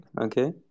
okay